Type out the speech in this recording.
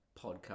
podcast